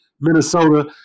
Minnesota